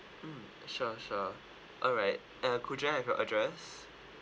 mm sure sure alright uh could I have your address